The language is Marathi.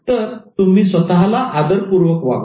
तर तुम्ही स्वतःला आदरपूर्वक वागवा